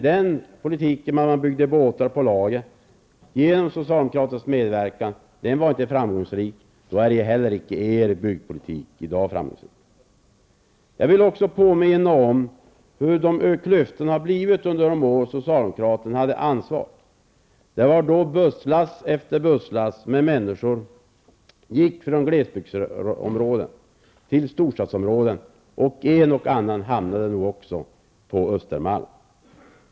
Men politiken att bygga båtar, med socialdemokraternas medverkan, var inte framgångsrik. Er byggpolitik i dag är inte heller framgångsrik. Jag vill också påminna om hur stora klyftorna blev under de år då socialdemokraterna hade ansvaret. Det var då busslast efter busslast med människor gick från glesbygdsområdena till storstadsområdena. En och annan hamnade nog också på Östermalm.